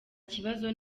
kibazo